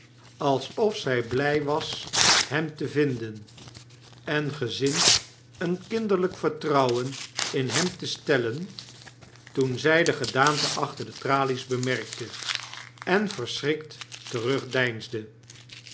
alsof zy bly was hem te vinden en gezind een kinderlyk vertrouwen in hem te stellen toen zy de gedaante achter de tralies bemerkte en verschrikt terugdeinsde